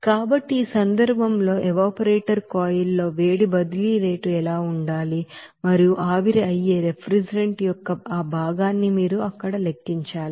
కాబట్టి ఈ సందర్భంలో ఈ ఎవాపరేటర్ కాయిల్ లో వేడి బదిలీ రేటు ఎలా ఉండాలి మరియు ఆవిరి అయ్యే రిఫ్రిజిరెంట్ యొక్క ఆ భాగాన్ని మీరు అక్కడ లెక్కించాలి